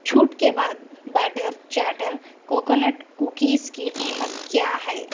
چھوٹ کے بعد بیٹر چیٹر کوکونٹ کوکیز کی قیمت کیا ہے